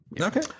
okay